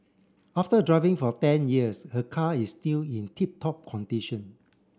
after driving for ten years her car is still in tip top condition